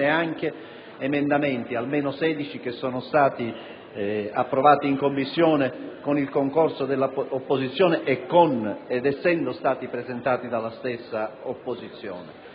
anche emendamenti (almeno sedici) che sono stati approvati in Commissione con il concorso dell'opposizione ed essendo stati presentati dalla stessa opposizione.